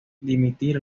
dimitir